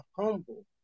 humble